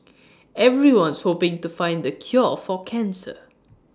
everyone's hoping to find the cure for cancer